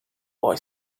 boy